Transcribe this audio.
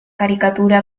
caricatura